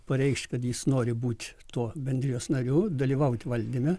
pareikšt kad jis nori būt tuo bendrijos nariu dalyvaut valdyme